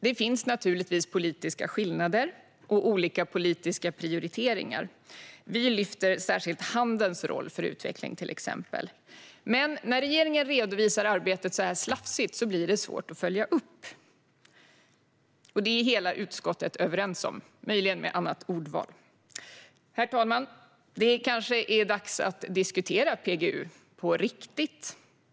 Det finns naturligtvis politiska skillnader och olika politiska prioriteringar. Vi lyfter särskilt handelns roll för utveckling, till exempel. Men när regeringen redovisar arbetet så här slafsigt blir det svårt att följa upp. Det är hela utskottet överens om, även om ordvalet möjligen är ett annat. Herr talman! Det kanske är dags att diskutera PGU på riktigt.